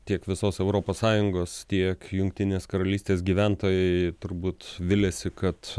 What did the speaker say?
tiek visos europos sąjungos tiek jungtinės karalystės gyventojai turbūt viliasi kad